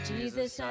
Jesus